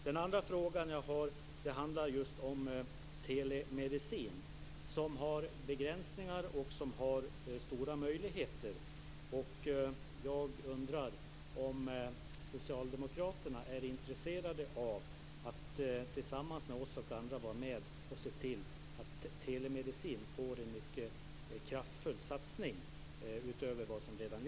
Min andra fråga handlar om telemedicin, som innebär både begränsningar och stora möjligheter. Är socialdemokraterna intresserade av att tillsammans med oss och andra vara med och se till att det, utöver vad som redan görs, blir en mycket kraftfull satsning på telemedicin?